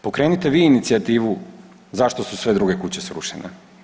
Pokrenite vi inicijativu zašto su sve druge kuće srušene.